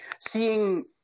seeing